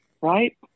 right